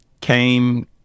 came